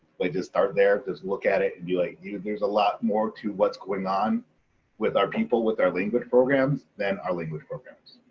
like just start there just look at it and be like you know there's a lot more to what's going on with our people, with our language programs than our language programs.